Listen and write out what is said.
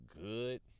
good